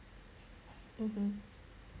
(uh huh)